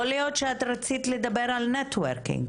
יכול להיות שאת רצית לדבר על נטוורקינג.